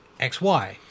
XY